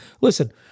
listen